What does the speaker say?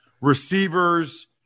receivers